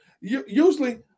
usually